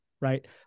right